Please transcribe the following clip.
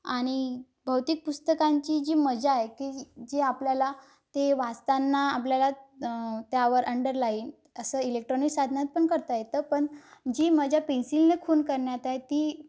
आणि भौतिक पुस्तकांची जी मजा आहे की जी आपल्याला ते वाचताना आपल्याला त्यावर अंडरलाईन असं इलेक्ट्रॉनिक साधनात पण करता येतं पण जी मजा पेन्सिलने खूण करण्यात आहे ती